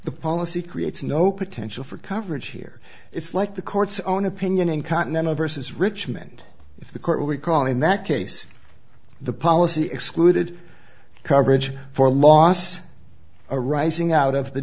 the policy creates no potential for coverage here it's like the court's own opinion in continental versus richmond if the court will recall in that case the policy excluded coverage for loss arising out of the